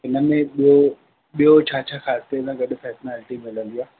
हिन में ॿियों ॿियों छा छा खाते सां गॾु फैसनालिटी मिलंदी आहे